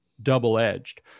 double-edged